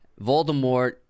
Voldemort